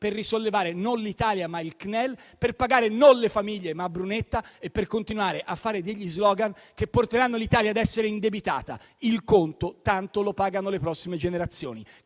per risollevare non l'Italia, ma il CNEL, per pagare non le famiglie, ma Brunetta, per continuare a fare degli *slogan* che porteranno l'Italia ad essere indebitata. Il conto tanto lo pagano le prossime generazioni,